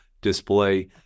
display